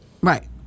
right